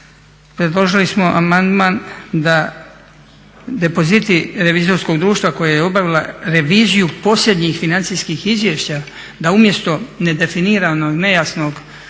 predložili smo amandman da depoziti revizorskog društva koje je obavila reviziju posljednjih financijskih izvješća da umjesto nedefiniranog, nejasnog,